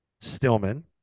Stillman